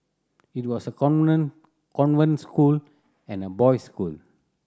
it was a convent school and a boys school